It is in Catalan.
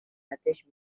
mateix